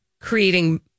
creating